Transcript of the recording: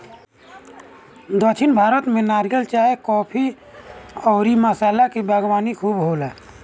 दक्षिण भारत में नारियल, चाय, काफी अउरी मसाला के बागवानी खूब होला